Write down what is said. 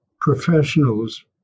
professionals